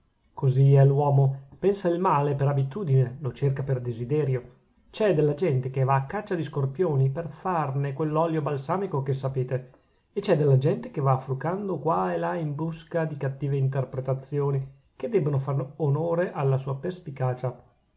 così è l'uomo pensa il male per abitudine lo cerca per desiderio c'è della gente che va a caccia di scorpioni per farne quell'olio balsamico che sapete e c'è della gente che va frucando qua e là in busca di cattive interpretazioni che debbono far onore alla sua perspicacia